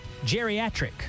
geriatric